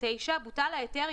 (9)בוטל ההיתר,